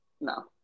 No